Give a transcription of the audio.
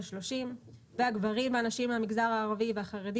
30%. וגברים ונשים מהמגזר הערבי והחרדי